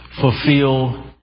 fulfill